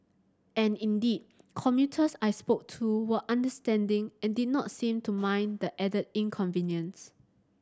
and indeed commuters I spoke to were understanding and did not seem to mind the added inconvenience